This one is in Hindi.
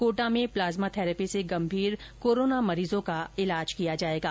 कोटा में प्लाज्मा थैरेपी से गंभीर कोरोना मरीजों का इलाज किया जाएगा